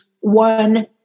one